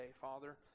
Father